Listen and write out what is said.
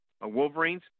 Wolverines